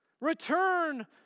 Return